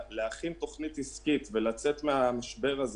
להכין תכנית עסקית ולצאת מהמשבר הזה